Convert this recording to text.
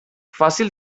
fàcil